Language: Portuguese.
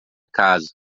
casa